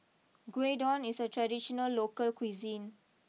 Gyudon is a traditional local cuisine